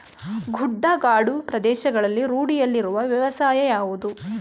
ಗುಡ್ಡಗಾಡು ಪ್ರದೇಶಗಳಲ್ಲಿ ರೂಢಿಯಲ್ಲಿರುವ ವ್ಯವಸಾಯ ಯಾವುದು?